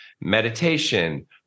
meditation